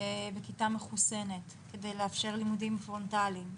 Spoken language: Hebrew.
בכיתה מחוסנת כדי לאפשר לימודים פרונטליים,